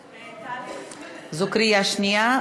זו קריאה שנייה.